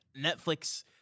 Netflix